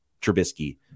Trubisky